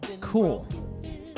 cool